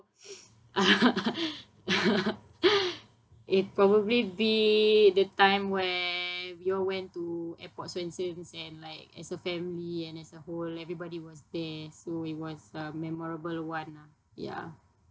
it'd probably be the time where we all went to airport swensen's and like as a family and as a whole everybody was there so it was a memorable one ah ya